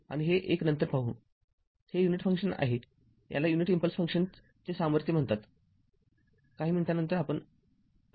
आणि हे १ नंतर पाहू हे युनिट क्षेत्र आहे याला युनिट इम्पल्स फंक्शनचे सामर्थ्य म्हणतात काही मिनिटांनंतर आपण पाहू